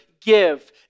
give